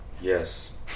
Yes